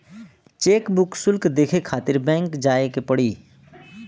chequebook शुल्क देखे खातिर बैंक जाए के पड़ी